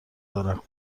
دارم